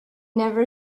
never